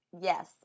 Yes